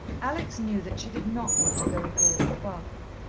alex knew that she did not want to go abroad with barbara.